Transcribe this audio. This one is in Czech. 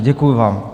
Děkuji vám.